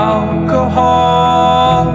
Alcohol